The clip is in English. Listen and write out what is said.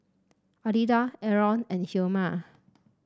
Alida Arron and Hilma